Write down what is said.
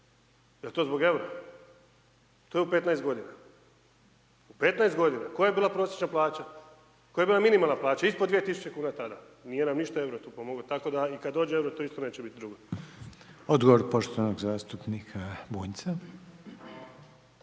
Jel to zbog EUR-a? To je u 15 godina, u 15 godina koja je bila prosječna plaća, koja je bila minimalna plaća, ispod 2.000 kuna tada, nije nam ništa EUR-o tu pomogo. Tako da i kad dođe EUR-o to isto neće bit …/nerazumljivo/… **Reiner, Željko